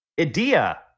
Idea